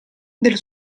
del